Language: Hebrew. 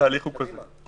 התהליך הוא כזה,